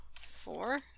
four